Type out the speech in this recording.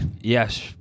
Yes